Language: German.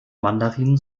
mandarin